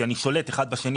כי אני שולט האחד בשני.